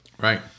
right